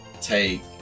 take